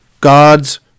God's